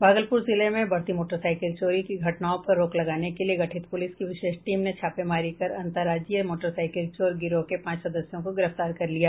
भागलपुर जिले में बढ़ती मोटरसाइकिल चोरी की घटनाओं पर रोक लगाने के लिए गठित पूलिस की विशेष टीम ने छापेमारी कर अंतर्राज्यीय मोटरसाइकिल चोर गिरोह के पांच सदस्यों को गिरफ्तार कर लिया